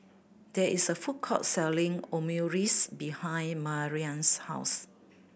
there is a food court selling Omurice behind Marilynn's house